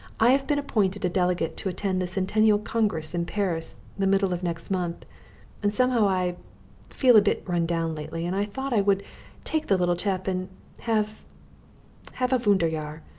i have been appointed a delegate to attend the centennial congress in paris the middle of next month and somehow i feel a bit run down lately and i thought i would take the little chap and have have a wanderjahr.